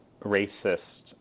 racist